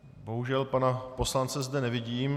Bohužel pana poslance zde nevidím.